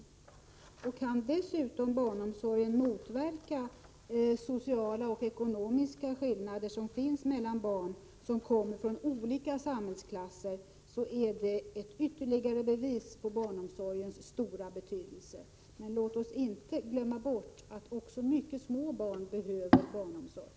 Kan barnomsorgen dessutom motverka följderna av sociala och ekonomiska skillnader som finns mellan barn som kommer från olika samhällsklasser, är det ett ytterligare bevis på barnomsorgens stora betydelse. Men låt oss alltså inte glömma bort att också mycket små barn behöver barnomsorg.